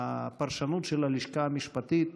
הפרשנות של הלשכה המשפטית,